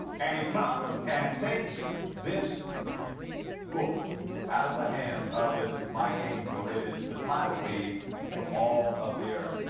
and he comes and takes this book out of the hand of this mighty angel. it is the title deed to all of the earth.